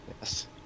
yes